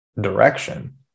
direction